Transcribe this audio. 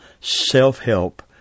self-help